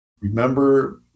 Remember